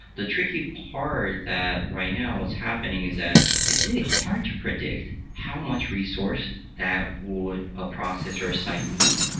the tricky part that right now what's happening is that it's really hard to predict how much resource that would a process or a site need.